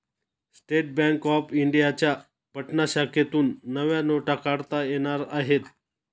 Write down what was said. state bank of इंडियाच्या पटना शाखेतून नव्या नोटा काढता येणार आहेत